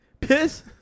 piss